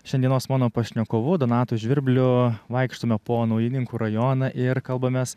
šiandienos mano pašnekovu donatu žvirbliu vaikštome po naujininkų rajoną ir kalbamės